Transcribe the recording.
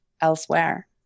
elsewhere